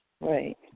Right